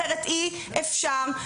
אחרת אי-אפשר.